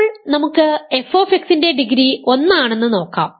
ഇപ്പോൾ നമുക്ക് f ന്റെ ഡിഗ്രി 1 ആണെന്ന് നോക്കാം